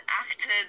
acted